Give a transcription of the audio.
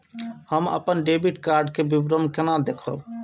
हम अपन debit card के विवरण केना देखब?